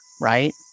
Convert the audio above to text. right